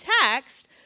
text